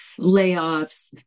layoffs